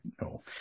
no